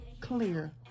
clear